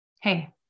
hey